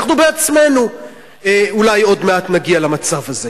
אנחנו בעצמנו אולי עוד מעט נגיע למצב הזה.